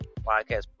podcast